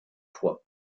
fois